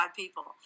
people